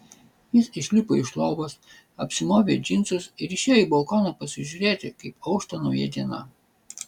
jis išlipo iš lovos apsimovė džinsus ir išėjo į balkoną pasižiūrėti kaip aušta nauja diena